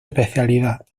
especialidad